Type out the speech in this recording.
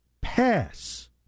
pass